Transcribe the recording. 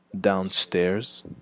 downstairs